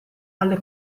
alle